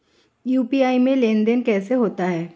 UPI में लेनदेन कैसे होता है?